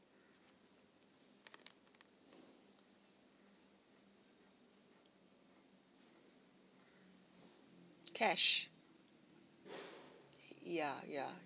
cash ya ya